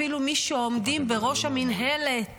אין אפילו מי שעומדים בראש המינהלת